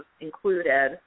included